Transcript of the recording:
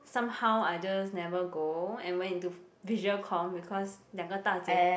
somehow I just never go and went into f~ visual comm because 两个大姐